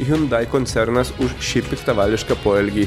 hiundai koncernas už šį piktavališką poelgį